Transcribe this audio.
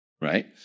right